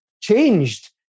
changed